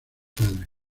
padre